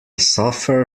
suffer